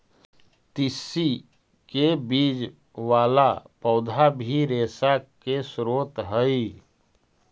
तिस्सी के बीज वाला पौधा भी रेशा के स्रोत हई